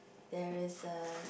there is a